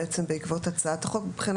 במודל, ברמה העקרונית, בעקבות הצעת החוק.